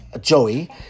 Joey